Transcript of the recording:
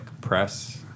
press